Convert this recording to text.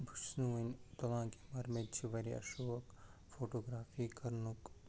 بہٕ چھُس نہٕ ؤںۍ تُلان کیٚنہہ مگر مےٚ تہِ چھِ واریاہ شوق فوٹوٗگرافی کَرنُک